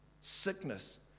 sickness